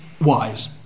wise